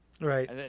Right